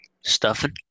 stuffing